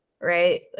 Right